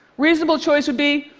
reasonable choice would be,